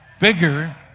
Bigger